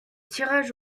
tirage